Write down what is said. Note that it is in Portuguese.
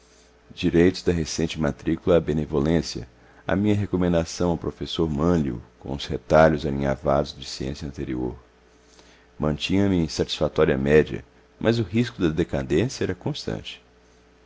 direitos da recente matricula à benevolência a minha recomendação ao professor mânlio com os retalhos alinhavados de ciência anterior mantinha me em satisfatória média mas o risco da decadência era constante